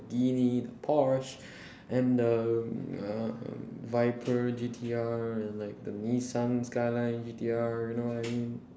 ~ghini the porsche and the um um viper G T R and like the nissan skyline G T R do you know what I mean